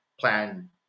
plan